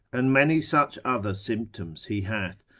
and many such other symptoms he hath,